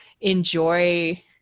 enjoy